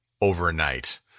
overnight